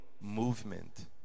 movement